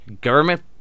Government